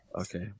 Okay